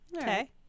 okay